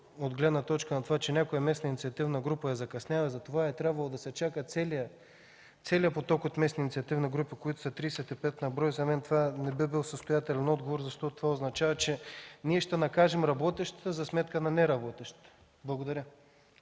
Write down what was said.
от гледна точка на това, че някоя местна инициативна група е закъсняла и затова е трябвало да се чака целият поток от местни инициативни групи, които са 35 на брой, за мен това не би бил състоятелен отговор, защото означава, че ще накажем работещите за сметка на неработещите. Благодаря.